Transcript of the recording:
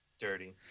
dirty